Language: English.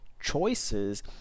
choices